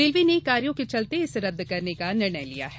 railway ने कार्यों के चलते इसे रदद करने का निर्णय लिया है